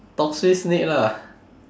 lah